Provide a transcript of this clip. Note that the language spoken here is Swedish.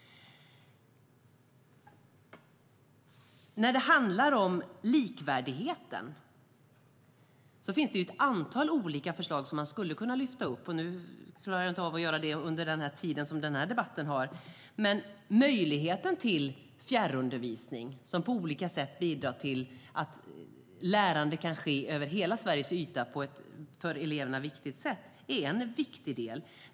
När det handlar om likvärdigheten finns det ett antal olika förslag som man skulle kunna lyfta fram. Det hinner jag inte göra i denna debatt. Men möjlighet till fjärrundervisning som på olika sätt bidrar till att lärande kan ske över hela Sveriges yta på ett för eleverna viktigt sätt är en viktig del.